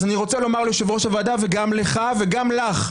אני רוצה לומר ליושב-ראש הוועדה וגם לך וגם לך,